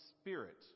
Spirit